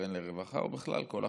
בקרן לרווחה, ובכלל כל החיים.